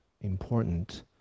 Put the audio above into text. important